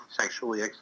sexually